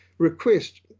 request